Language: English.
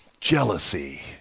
jealousy